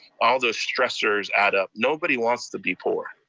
all those stressors add up. nobody wants to be poor.